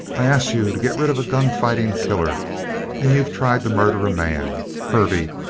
i asked you to get rid of a gun-fighting killer and you've tried to murder a man. hervey,